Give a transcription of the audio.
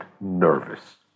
nervous